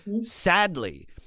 sadly